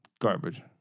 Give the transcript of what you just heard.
Garbage